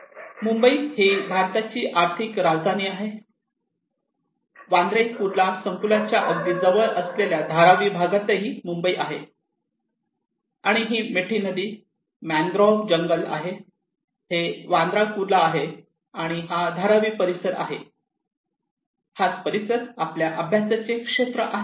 ही मुंबई भारताची आर्थिक राजधानी आहे हे वांद्रे कुर्ला संकुलाच्या अगदी जवळ असलेल्या धारावी भागातही मुंबई आहे आणि ही मिठी नदी मॅंग्रोव्ह जंगल आहे आणि हे वांद्रे कुर्ला आहे आणि हा धारावी परिसर आहे हे आपल्या अभ्यासाचे क्षेत्र आहे